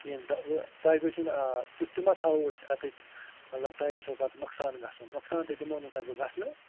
کیٚنٛہہ تہٕ وۅنۍ تۄہہِ گٔژھٮ۪وٕ نہٕ آ تٮُ۪تھ تہِ ما تھاوَو أسۍ تَتہِ مطلب تۄہہِ گژھٮ۪وٕ پتہٕ نۄقصان گژھُن نۄقصان تہِ دِمہو نہٕ بہٕ تۄہہِ گژھنہٕ